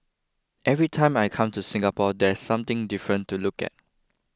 every time I come to Singapore there's something different to look at